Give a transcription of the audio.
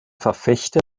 verfechter